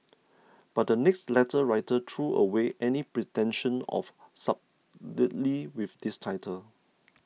but the next letter writer threw away any pretension of subtlety with this title